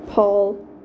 Paul